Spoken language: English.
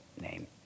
name